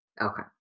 Okay